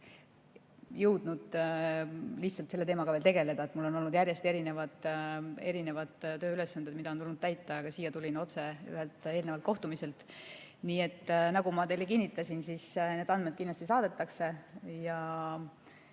jõudnud selle teemaga veel tegeleda. Mul on olnud järjest erinevaid tööülesandeid, mida on tulnud täita, ja ka siia tulin otse ühelt eelnevalt kohtumiselt. Nagu ma teile kinnitasin, siis need andmed kindlasti saadetakse.